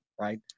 right